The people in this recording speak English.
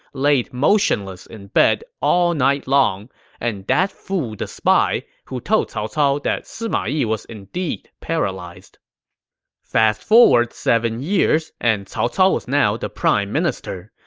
laid motionless in bed all night, and that fooled the spy, who told cao cao that sima yi was indeed paralyzed fast forward seven years, and cao cao was now the prime minister,